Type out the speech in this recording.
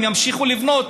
ימשיכו לבנות,